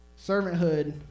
servanthood